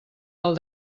del